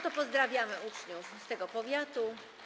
To pozdrawiamy uczniów z tego powiatu.